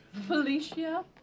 Felicia